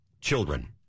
children